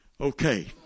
Okay